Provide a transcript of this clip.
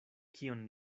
kion